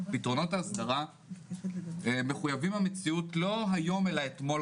פתרונות ההסדרה מחויבי מציאות לא היום אלא כבר אתמול